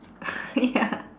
ya